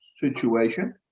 situation